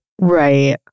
Right